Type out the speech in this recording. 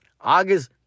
August